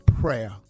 Prayer